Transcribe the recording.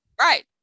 Right